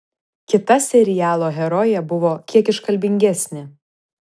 kita serialo herojė buvo kiek iškalbingesnė